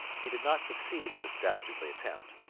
he did not succeed in this dastardly attempt,